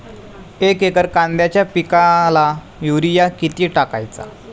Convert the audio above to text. एक एकर कांद्याच्या पिकाला युरिया किती टाकायचा?